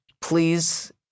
Please